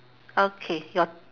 okay your